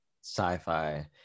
sci-fi